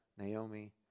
Naomi